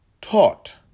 taught